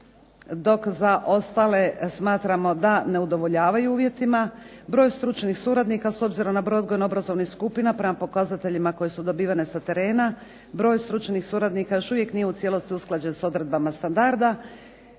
dok za ostale smatramo da ne udovoljavaju uvjetima. Broj stručnih suradnika s obzirom na broj odgojno-obrazovnih skupina prema pokazateljima koje su dobivene sa terena broj stručnih suradnika još uvijek nije u cijelosti usklađen s odredbama standarda.